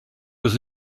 was